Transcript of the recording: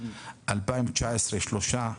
2019 שלושה,